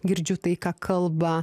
girdžiu tai ką kalba